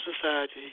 society